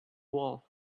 wall